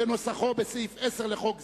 כנוסחו בסעיף 10 לחוק זה,